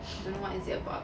I don't know what is it about